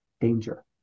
danger